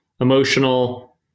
emotional